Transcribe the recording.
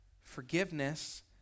forgiveness